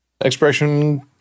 Expression